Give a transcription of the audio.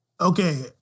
Okay